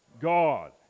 God